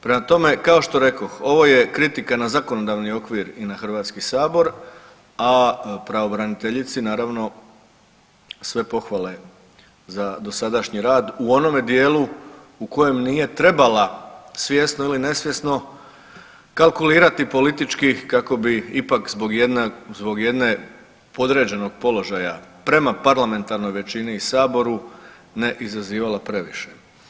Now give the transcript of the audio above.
Prema tome, kao što rekoh, ovo je kritika na zakonodavni okvir i na HS, a pravobraniteljici naravno sve pohvale za dosadašnji rad u onome dijelu u kojem nije trebala svjesno ili nesvjesno kalkulirati politički kako bi ipak zbog jedne podređenog položaja prema parlamentarnoj većini i saboru ne izazivala previše.